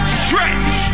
stretch